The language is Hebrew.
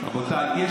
רבותיי,